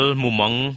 mumang